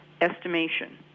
estimation